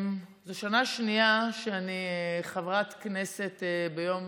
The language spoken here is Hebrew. זו שנה שנייה שאני חברת כנסת ביום